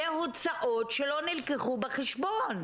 זה הוצאות שלא נלקחו בחשבון.